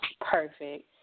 perfect